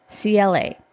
CLA